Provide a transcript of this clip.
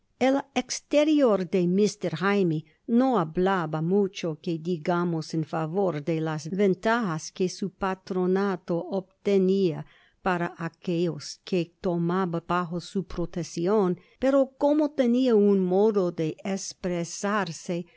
el exterior de mr jaime no hablaba mucho que digamos en favor de las ventajas que su patronato obtenia para aquellos que tomaba bajo su proteccion pero como tenia un modo de